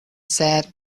said